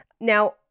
now